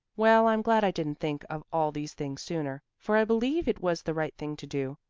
well, i'm glad i didn't think of all these things sooner, for i believe it was the right thing to do,